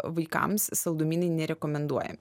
vaikams saldumynai nerekomenduojami